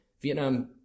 Vietnam